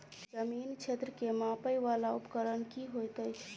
जमीन क्षेत्र केँ मापय वला उपकरण की होइत अछि?